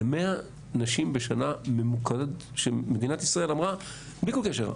זה 100 נשים בשנה שמדינת ישראל אמרה בלי כל קשר,